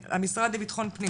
המשרד לביטחון פנים,